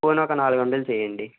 పోనీ ఒక నాలుగు వందలు చెయ్యండి